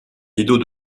rideau